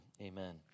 amen